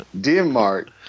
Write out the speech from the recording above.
Denmark